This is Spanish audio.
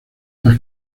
las